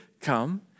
come